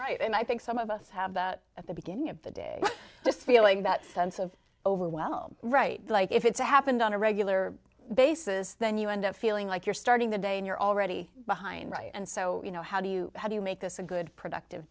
right and i think some of us have that at the beginning of the day just feeling that sense of overwhelm right like if it's a happened on a regular basis then you end up feeling like you're starting the day and you're already behind right and so you know how do you how do you make this a good productive